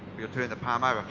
you'll turn the palms over.